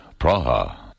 Praha. (